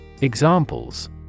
Examples